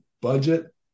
budget